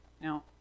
Now